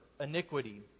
iniquity